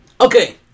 Okay